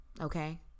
Okay